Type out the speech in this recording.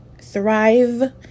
thrive